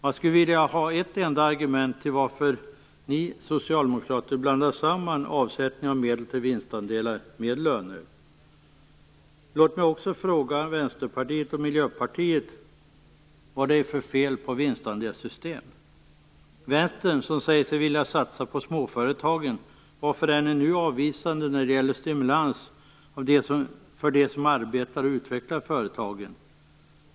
Jag skulle vilja höra åtminstone ett skäl till att ni socialdemokrater blandar ihop avsättningen av medel till vinstandelar med löner. Jag vill också fråga er i Vänsterpartiet och Miljöpartiet vad det är för fel på vinstandelssystem. Varför är ni i Vänstern, ni säger er ju vilja satsa på småföretagen, avvisande till en stimulans för dem som arbetar och utvecklar företagen?